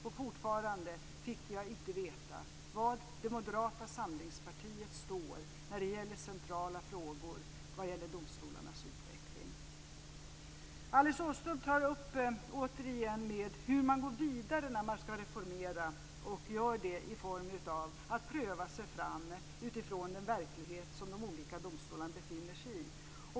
Men fortfarande har jag inte fått veta vad det moderata samlingspartiet står i centrala frågor när det gäller domstolarnas utveckling. Alice Åström tar återigen upp frågan om hur man ska gå vidare när man ska reformera. Man bör pröva sig fram utifrån den verklighet som de olika domstolarna befinner sig i.